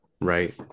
Right